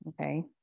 Okay